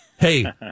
Hey